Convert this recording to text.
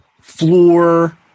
floor